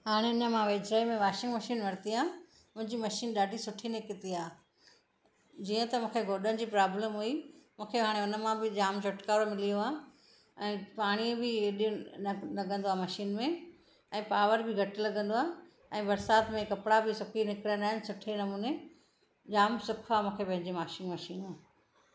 हाणे न मां विच में वॉशिंग मशीन वरिती आहे मुंहिंजी मशीन ॾाढी सुठी निकती आहे जीअं त मूंखे ॻोडनि जी प्रोब्लम हुई मूंखे हाणे हुन मां बि जाम छुटकारो मिली वियो आहे ऐं पाणी बि हेॾो न लॻंदो आहे मशीन में ऐं पॉवर बि घटि लॻंदी आहे ऐं बरसाति में कपड़ा बि सुकी निकरंदा आहिनि सुठे नमूने जाम सुख आहे मूंखे पंहिंजी वॉशिंग मशीन मां